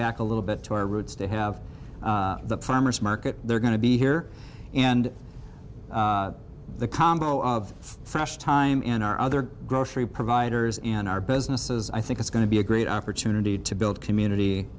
back a little bit to our roots to have the farmer's market they're going to be here and the combo of fresh time in our other grocery providers in our businesses i think is going to be a great opportunity to build community